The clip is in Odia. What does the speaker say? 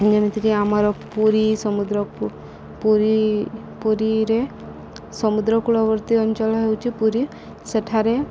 ଯେମିତିକି ଆମର ପୁରୀ ସମୁଦ୍ର ପୁରୀ ପୁରୀରେ ସମୁଦ୍ରକୂଳବର୍ତ୍ତୀ ଅଞ୍ଚଳ ହେଉଚି ପୁରୀ ସେଠାରେ